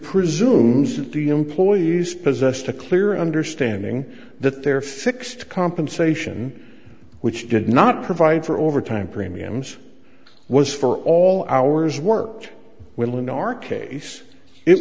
presumes that the employees possessed a clear understanding that their fixed compensation which did not provide for overtime premiums was for all hours worked will in our case it